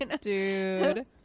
Dude